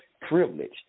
privilege